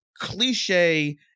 cliche